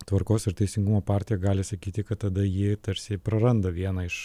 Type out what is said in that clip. tvarkos ir teisingumo partija gali sakyti kad tada ji tarsi praranda vieną iš